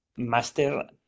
Master